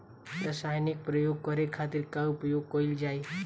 रसायनिक प्रयोग करे खातिर का उपयोग कईल जाइ?